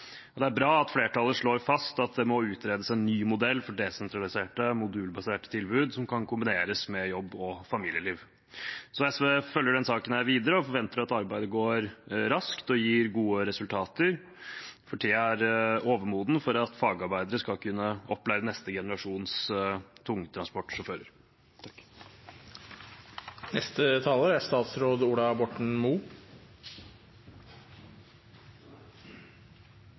Det er bra at flertallet slår fast at det må utredes en ny modell for desentraliserte modulbaserte tilbud som kan kombineres med jobb og familieliv. SV følger denne saken videre og forventer at arbeidet går raskt og gir gode resultater. Tiden er overmoden for at fagarbeidere skal kunne opplære neste generasjons tungtransportsjåfører. Hvis lastebiler, busser og godstransporter slutter å rulle, er